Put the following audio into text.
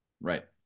Right